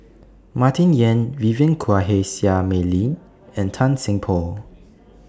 Martin Yan Vivien Quahe Seah Mei Lin and Tan Seng Poh